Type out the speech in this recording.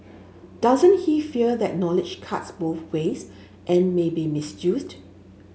doesn't he fear that knowledge cuts both ways and may be misused